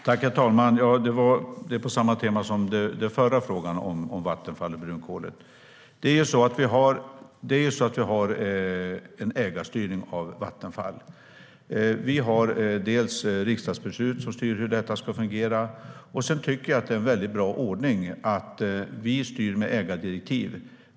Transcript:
Herr talman! Detta är på samma tema som den förra frågan om Vattenfall och brunkolet. Vi har en ägarstyrning av Vattenfall. Vi har dels riksdagsbeslut som styr hur detta ska fungera, dels tycker jag att det är en bra ordning att vi styr med ägardirektiv.